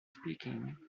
speaking